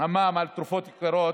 ההכרה בסבלם והבאתם לארץ ישראל,